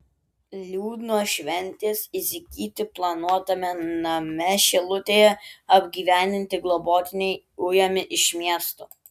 liūdnos šventės įsigyti planuotame name šilutėje apgyvendinti globotiniai ujami iš miesto